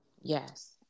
Yes